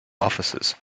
officers